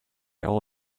all